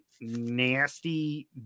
nasty